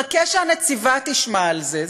חכה שהנציבה תשמע על זה.